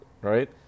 right